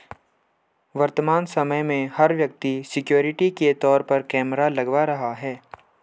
वर्तमान समय में, हर व्यक्ति सिक्योरिटी के तौर पर कैमरा लगवा रहा है